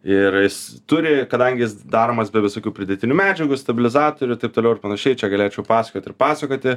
ir jis turi kadangi jis daromas be visokių pridėtinių medžiagų stabilizatorių taip toliau ir panašiai čia galėčiau pasakot ir pasakoti